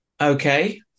Okay